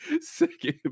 second